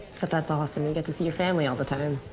but that's awesome. you get to see your family all the time.